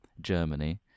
Germany